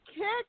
Kick